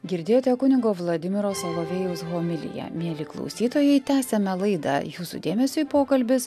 girdėjote kunigo vladimiro salovėjaus homiliją mieli klausytojai tęsiame laidą jūsų dėmesiui pokalbis